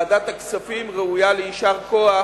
שוועדת הכספים ראויה ליישר כוח